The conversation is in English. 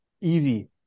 easy